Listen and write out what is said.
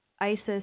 ISIS